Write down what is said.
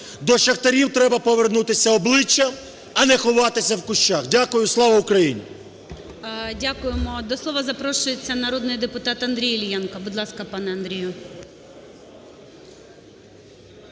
до шахтарів треба повернутися обличчям, а не ховатися в кущах. Дякую. Слава Україні! ГОЛОВУЮЧИЙ. Дякуємо. До слова запрошується народний депутат Андрій Іллєнко. Будь ласка, пане Андрію.